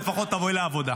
לפחות תבואי לעבודה.